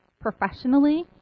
professionally